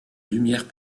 lumières